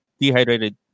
dehydrated